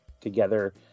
together